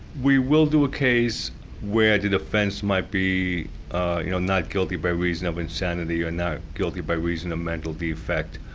we will do a case where the defence might be you know not guilty by reason of insanity, or not guilty by reason of mental defect.